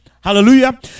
hallelujah